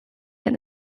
可能